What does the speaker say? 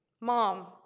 Mom